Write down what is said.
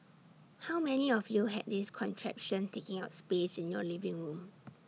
how many of you had this contraption taking up space in your living room